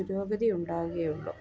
പുരോഗതി ഉണ്ടാവുകയുള്ളൂ